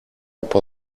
από